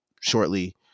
shortly